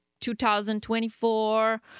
2024